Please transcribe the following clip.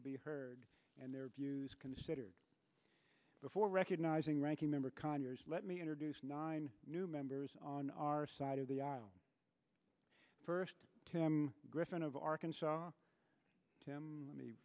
to be heard and their views considered before recognizing ranking member conyers let me introduce nine new members on our side of the aisle first tim griffin of arkansas tim let me